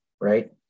right